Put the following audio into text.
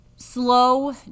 Slow